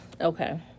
Okay